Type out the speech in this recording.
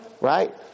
right